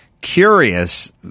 curious